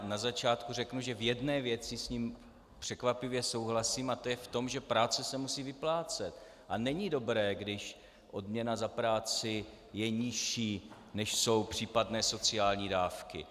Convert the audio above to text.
Na začátku řeknu, že v jedné věci s ním překvapivě souhlasím, a to v tom, že práce se musí vyplácet a není dobré, když odměna za práci je nižší, než jsou případné sociální dávky.